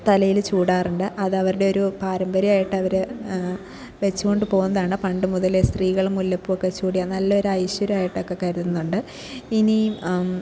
തലയിൽ ചൂടാറുണ്ട് അത് അവരുടെ ഒരു പാരമ്പര്യമായിട്ട് അവർ വെച്ചുകൊണ്ട് പോകുന്നതാണ് പണ്ടുമുതൽ സ്ത്രീകൾ മുല്ലപ്പൂ ഒക്കെ ചൂടിയ നല്ലൊരു ഐശ്വര്യമായിട്ടൊക്കെ കരുതുന്നുണ്ട് ഇനിയും